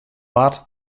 waard